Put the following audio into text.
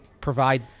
provide –